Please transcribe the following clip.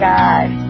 God